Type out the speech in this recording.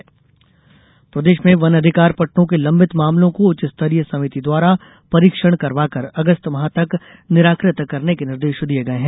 video conferencing प्रदेश में वनाधिकार पट्टों के लंबित मामलों को उच्चस्तरीय समिति द्वारा परीक्षण करवा कर अगस्त माह तक निराकृत करने के निर्देश दिये गए हैं